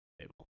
table